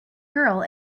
girl